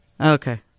Okay